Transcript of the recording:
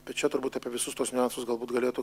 tai čia turbūt apie visus tuos niuansus galbūt galėtų